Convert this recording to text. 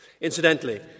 Incidentally